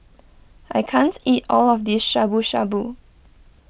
I can't eat all of this Shabu Shabu